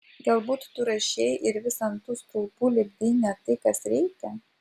galbūt tu rašei ir vis ant tų stulpų lipdei ne tai kas reikia